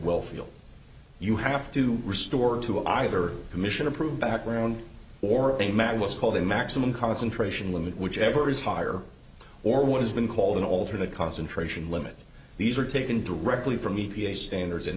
will feel you have to restore to either commission or prove background or a matter what's called a maximum concentration limit whichever is higher or what has been called an alternate concentration limited these are taken directly from e p a standards and